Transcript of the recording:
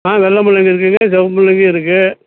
ஆ வெள்ளை முள்ளங்கி இருக்குதுங்க சிவப்பு முள்ளங்கியும் இருக்குது